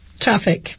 traffic